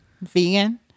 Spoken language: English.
vegan